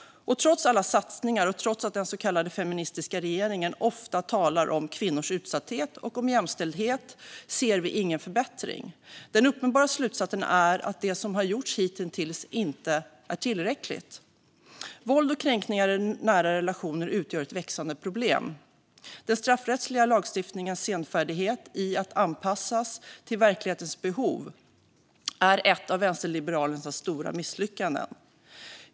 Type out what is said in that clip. Trots alla satsningar, och trots att den så kallade feministiska regeringen ofta talar om kvinnors utsatthet och om jämställdhet, ser vi ingen förbättring. Den uppenbara slutsatsen är att det som har gjorts hittills inte är tillräckligt. Våld och kränkningar i nära relationer utgör ett växande problem. Senfärdigheten med att anpassa den straffrättsliga lagstiftningen till verklighetens behov är ett av vänsterliberalernas stora misslyckanden.